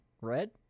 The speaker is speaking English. Red